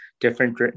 different